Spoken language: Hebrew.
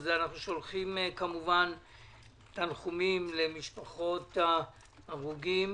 אנחנו שולחים כמובן תנחומים למשפחות ההרוגים,